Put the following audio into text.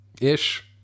ish